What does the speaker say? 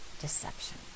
deception